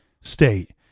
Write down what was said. state